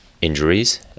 injuries